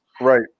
Right